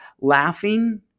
laughing